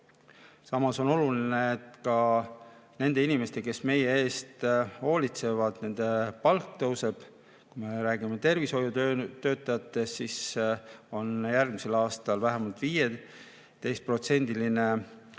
Samas on oluline, et ka nendel inimestel, kes meie eest hoolitsevad, palk tõuseb. Kui me räägime tervishoiutöötajatest, siis neil on järgmisel aastal vähemalt 15%‑line